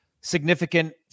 significant